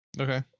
Okay